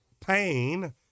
pain